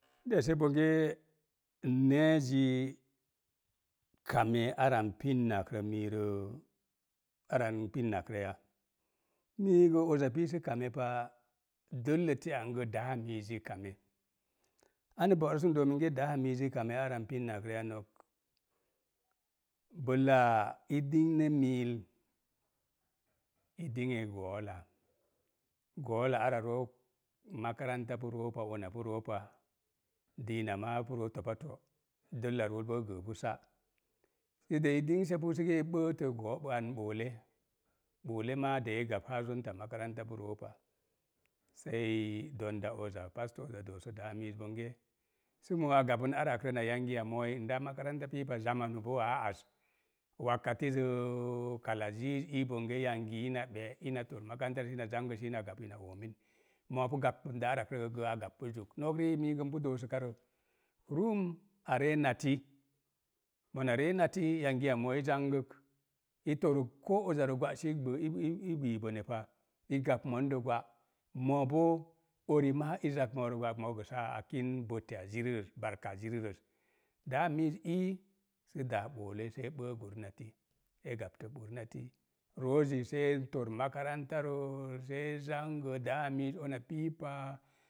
I dese bongee, neezi kamee ara n pinak rə miirə, ara n pinnak rə ya. Miigə uza pii sə kamepa, dəlle te’ an gə, daa miiz zi kame. Ana bo'rə si n doo minge, daa miiz zi kame ara n pinnak rə ya, bəla i dingne miik, i din'e goowola, goowola ara rook, makaranta pu roopa una pu roopa, diina maa pu roo topato, dəlla rool bo gəpu sa'i-de i dinsepu, si gə i bəətə an bolle, bolle maa de a gab haa makaranta gə pu roopa. Sai donda oza pasto oza doosə daa miiz bonge, sə moo gabən arakrə na yangiya moi ndaa makaranta piipa bo a az ziiz ii bonge yuangi ina ɓé, ina tor makarantaro sina zango si ina gab ina oomin, moo pu gaɓɓən də arak rə gəə a gabpu zuk. Nok riik miigə npu doosəka rə, ruum aree nati, mona ree nati, yangi ya mooi i zangək. I torək ko uzarə gwa si gbə ii gbi pa. I gabk mondo gwa, mooboo ori maa i zak moorə gwa moogə saa kin zirirəz zirirəz. Daa miiz ii so daa bolle see ɓəə gurinati e gabtə gurinati. Roozi see tor makarantaro see zangə, daa miiz una piipa